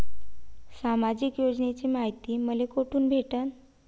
सामाजिक योजनेची मायती मले कोठून भेटनं?